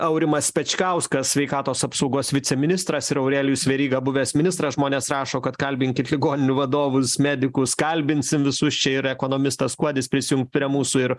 aurimas pečkauskas sveikatos apsaugos viceministras ir aurelijus veryga buvęs ministras žmonės rašo kad kalbinkit ligoninių vadovus medikus kalbinsim visus čia ir ekonomistas kuodis prisijungs prie mūsų ir